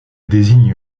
désigne